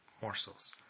morsels